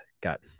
Got